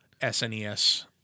SNES